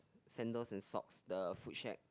sandals and socks the foot shack